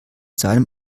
seinem